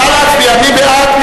נא להצביע, מי בעד?